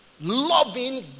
Loving